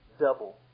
double